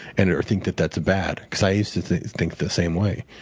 and or think that that's bad. because i used to think think the same way.